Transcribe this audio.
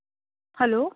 hello